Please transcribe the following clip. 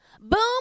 Boom